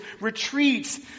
retreats